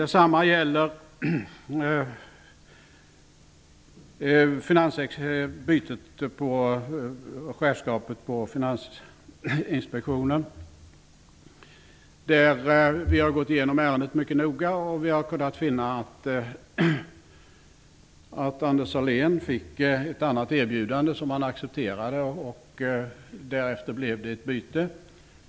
Detsamma gäller bytet av chefskapet på Finansinspektionen. Vi har gått igenom ärendet mycket noga, och vi har funnit att Anders Sahlén hade fått ett annat erbjudande som han accepterade. Därefter blev det ett chefsbyte.